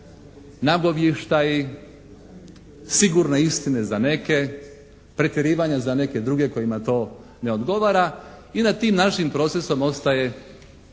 nagovještaji, sigurno istine za neke, …/Govornik se ne razumije./… za neke druge kojima to ne odgovara i nad tim našim procesom ostaje